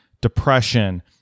depression